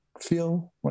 feel